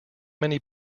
many